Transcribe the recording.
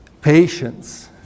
patience